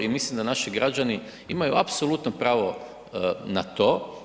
I mislim da naši građani imaju apsolutno pravo na to.